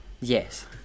Yes